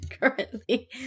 currently